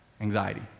anxiety